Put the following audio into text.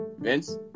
Vince